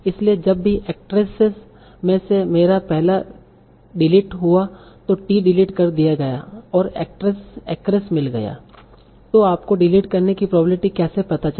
इसलिए जब भी actress में से मेरा पहला डिलीट हुआ तो t डिलीट कर दिया गया और actress acress मिल गया तो आपको डिलीट करने की प्रोबेब्लिटी कैसे पता चली